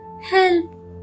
Help